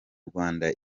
rwanda